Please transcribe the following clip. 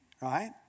Right